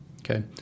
Okay